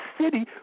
city